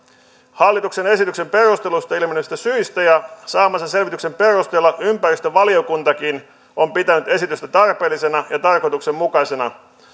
hallituksen esityksen perusteluista ilmenevistä syistä ja saamansa selvityksen perusteella ympäristövaliokuntakin on pitänyt esitystä tarpeellisena ja tarkoituksenmukaisena